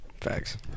Facts